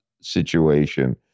situation